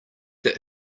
that